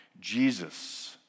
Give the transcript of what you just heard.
Jesus